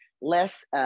less